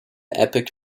epic